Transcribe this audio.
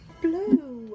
Blue